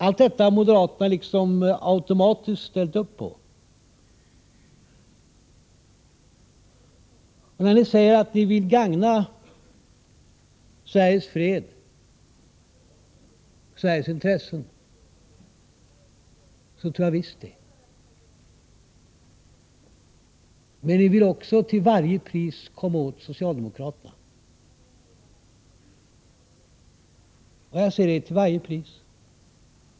Allt detta har moderaterna så att säga automatiskt ställt upp på. När moderaterna säger att de vill gagna Sveriges fred och Sveriges intressen, tror jag visst att det är på det sättet. Men ni vill också till varje pris komma åt socialdemokraterna — så gott som till varje pris.